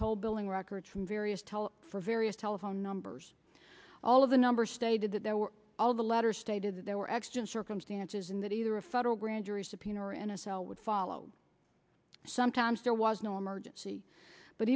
toll billing records from various tel for various telephone numbers all of the numbers stated that there were all the letters stated that there were extant circumstances and that either a federal grand jury subpoena or in a cell would follow sometimes there was no emergency but